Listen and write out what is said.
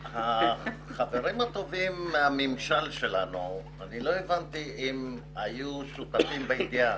החברים הטובים שלנו מהממשל אני לא הבנתי אם הייתם שותפים בזמן